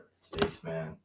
Spaceman